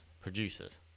producers